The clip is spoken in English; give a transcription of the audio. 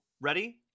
Ready